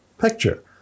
picture